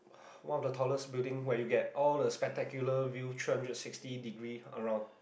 what the tallest building where you get all the spectacular view turn to sixty degree around